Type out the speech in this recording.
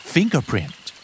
Fingerprint